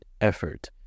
effort